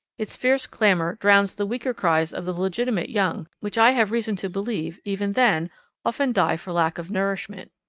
its fierce clamour drowns the weaker cries of the legitimate young, which i have reason to believe even then often die for lack of nourishment.